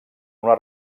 una